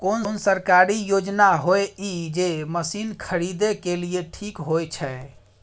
कोन सरकारी योजना होय इ जे मसीन खरीदे के लिए ठीक होय छै?